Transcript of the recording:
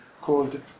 called